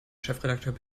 chefredakteur